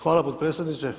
Hvala potpredsjedniče.